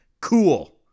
cool